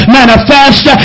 manifest